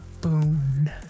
boon